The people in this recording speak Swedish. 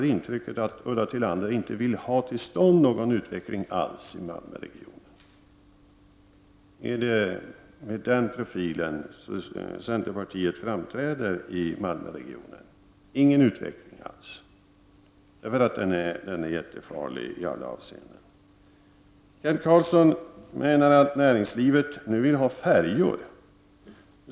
Men jag får intrycket att Ulla Tillander inte alls vill ha till stånd någon utveckling i den här regionen. Är det med den profilen som centerpartiet framträder i Malmöregionen — ingen utveckling alls eftersom den är jättefarlig i alla avseenden? Kent Carlsson säger att näringslivet nu vill ha färjor.